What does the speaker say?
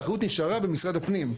האחריות נשארה במשרד הפנים,